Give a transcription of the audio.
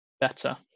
better